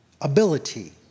ability